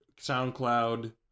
SoundCloud